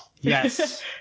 Yes